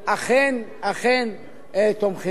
ואני אומר לך, חברי אמנון,